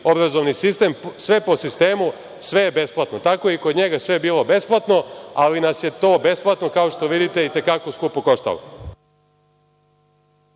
obrazovni sistem, sve po sistemu – sve je besplatno. Tako je i kod njega sve bilo besplatno, ali nas je to besplatno i te kako skupo koštalo.